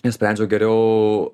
nusprendžiau geriau